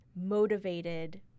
motivated